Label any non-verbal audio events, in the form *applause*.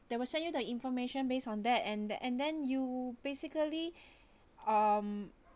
they will send you the information based on that and then and then you basically *breath* um